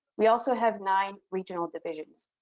we also have nine regional divisions.